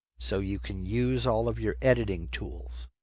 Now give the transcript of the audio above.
so you can use all of your editing tools.